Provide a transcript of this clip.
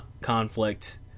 conflict